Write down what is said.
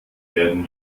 werden